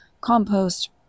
compost